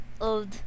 old